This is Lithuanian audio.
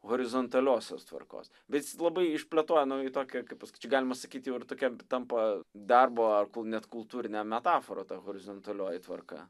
horizontaliosios tvarkos bet jis labai išplėtoja nu į tokią kaip pasakyt čia galima sakyt jau ir tokia tampa darbo ar kul net kultūrine metafora ta horizontalioji tvarka